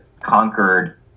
conquered